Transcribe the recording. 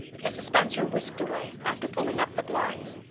mrs. spencer whisked away, after pulling up the blinds.